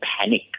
panic